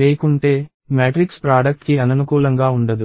లేకుంటే matrix product కి అననుకూలంగా ఉండదు